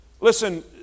Listen